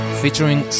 featuring